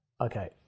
okay